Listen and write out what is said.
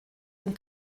den